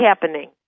happening